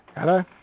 Hello